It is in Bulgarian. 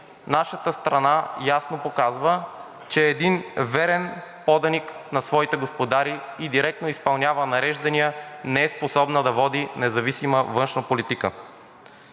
Нашата страна ясно показва, че е един верен поданик на своите господари, директно изпълнява нареждания и не е способна да води независима външна политика.